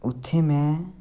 उत्थै मैं